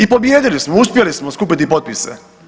I pobijedili smo, uspjeli smo skupiti potpise.